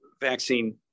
vaccine